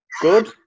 Good